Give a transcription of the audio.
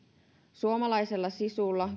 suomalaisella sisulla